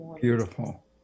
Beautiful